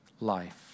life